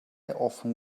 often